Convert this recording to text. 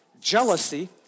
jealousy